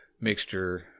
mixture